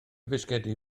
fisgedi